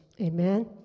Amen